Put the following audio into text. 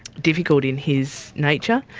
difficult in his nature,